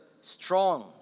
strong